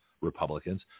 Republicans